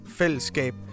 fællesskab